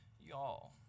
y'all